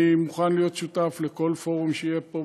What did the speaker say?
אני מוכן להיות שותף לכל פורום שיהיה פה,